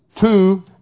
two